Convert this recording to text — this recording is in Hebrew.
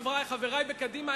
חברי בקדימה,